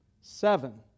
Seven